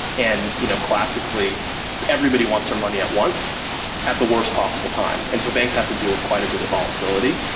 and you know classically everybody wants their money at once at the worst possible time. and so banks have to deal with quite a bit of volatility.